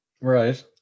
Right